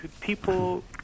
people